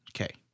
Okay